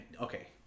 Okay